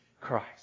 Christ